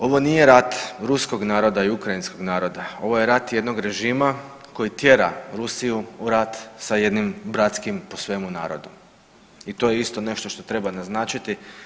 Ovo nije rat ruskog naroda i ukrajinskog naroda, ovo je rat jednog režima koji tjera Rusiju u rat sa jednim bratskim po svemu narodu i to je isto što treba naznačiti.